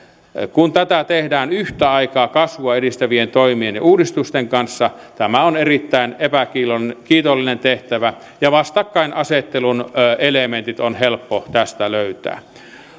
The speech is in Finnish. kun tätä tehdään yhtä aikaa kasvua edistävien toimien ja uudistusten kanssa tämä on erittäin epäkiitollinen epäkiitollinen tehtävä ja vastakkainasettelun elementit on helppo tästä löytää